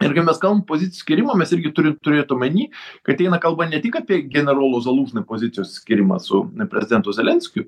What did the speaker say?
ir kai mes kalbam pozicijų išsiskyrimą mes irgi turim turėt omeny kad eina kalba ne tik apie generolo zalūžni pozicijos išsiskyrimą su prezidentu zelenskiu